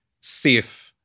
safe